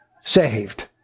saved